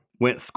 went